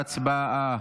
הצבעה.